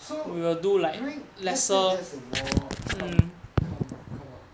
so during let's say there's a war come come come up